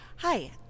Hi